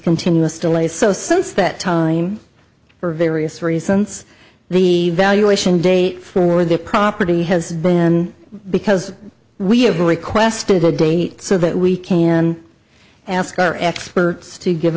continuous delays so since that time for various reasons the valuation date for the property has been because we have requested a date so that we can ask our experts to give